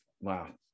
Wow